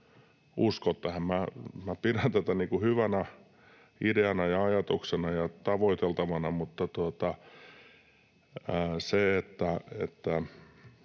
usko tähän. Pidän tätä hyvänä ideana ja ajatuksena ja tavoiteltavana, mutta